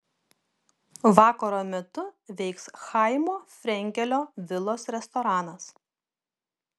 vakaro metu veiks chaimo frenkelio vilos restoranas